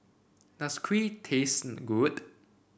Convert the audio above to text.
does Kheer taste good